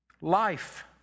Life